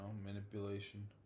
manipulation